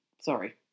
Sorry